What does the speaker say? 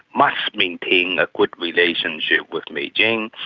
must maintain a good relationship with beijing,